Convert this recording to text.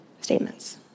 statements